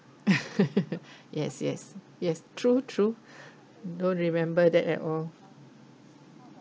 yes yes yes true true don't remember that at all